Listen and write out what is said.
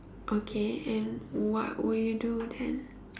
okay and what would you do then